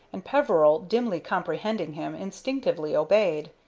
and peveril, dimly comprehending him, instinctively obeyed.